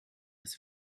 ist